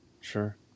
Sure